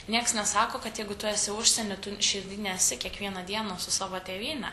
nieks nesako kad jeigu tu esi užsieny tu širdy nesi kiekvieną dieną su savo tėvyne